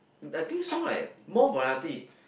I think so leh more variety